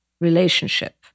relationship